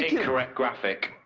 incorrect graphic.